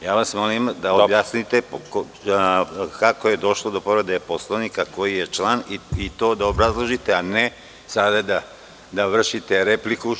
Molim vas da objasnite kako je došlo do povrede Poslovnika, koji je član i to da obrazložite, a ne sada da vršite repliku.